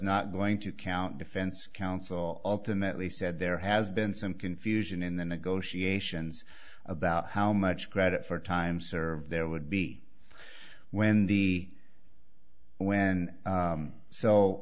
not going to count defense counsel ultimately said there has been some confusion in the negotiations about how much credit for time served there would be when the when